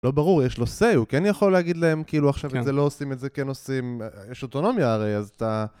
לא ברור, יש נושא, הוא כן יכול להגיד להם, כאילו עכשיו את זה לא עושים, את זה כן עושים, יש אוטונומיה הרי, אז אתה...